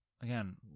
again